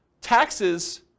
taxes